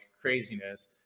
craziness